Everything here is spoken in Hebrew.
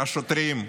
השוטרים.